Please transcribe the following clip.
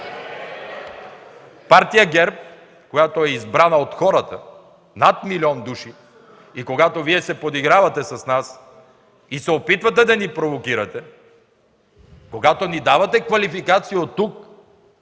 Партия ГЕРБ е избрана от хората – над 1 млн. души, и когато Вие се подигравате с нас и се опитвате да ни провокирате, когато ни давате квалификации оттук,